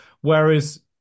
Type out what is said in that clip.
whereas